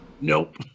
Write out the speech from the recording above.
Nope